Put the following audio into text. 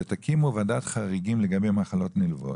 שתקימו ועדת חריגים לגבי מחלות נלוות,